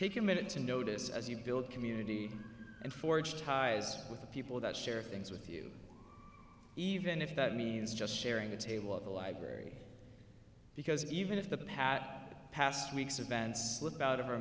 a minute to notice as you build community and forge ties with the people that share things with you even if that means just sharing the table at the library because even if the pap past week's events slip out of our